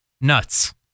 Nuts